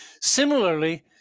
Similarly